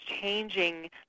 changing